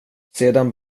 sedan